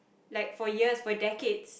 like for years for decades